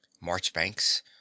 Marchbanks